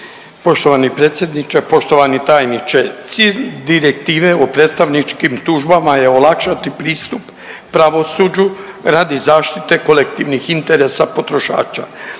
poštovani tajniče. Cilj Direktive o predstavničkim tužbama je olakšati pristup pravosuđu radi zaštite kolektivnih interesa potrošača.